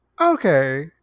okay